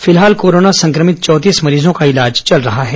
फिलहाल कोरोना संक्रमित चौंतीस मरीजों का इलाज चल रहा है